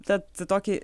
tad tokį